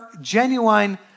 genuine